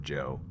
Joe